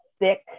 thick